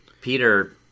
Peter